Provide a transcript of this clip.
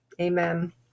amen